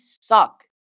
suck